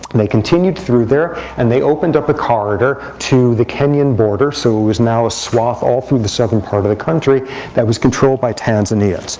and they continued through there. and they opened up a corridor to the kenyan border. so it was now a swath all through the southern part of the country that was controlled by tanzania.